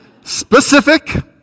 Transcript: Specific